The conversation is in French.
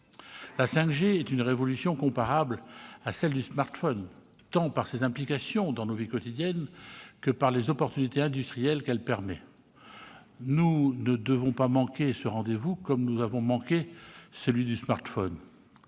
La 5G est une révolution comparable à celle du smartphone, tant par ses implications dans nos vies quotidiennes que par les opportunités industrielles qu'elle offre. Nous ne devons pas manquer ce rendez-vous comme nous avons manqué celui du smartphone.